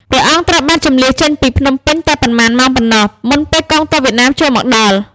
ព្រះអង្គត្រូវបានជម្លៀសចេញពីភ្នំពេញតែប៉ុន្មានម៉ោងប៉ុណ្ណោះ មុនពេលកងទ័ពវៀតណាមចូលមកដល់។